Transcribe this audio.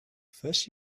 first